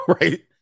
right